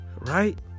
Right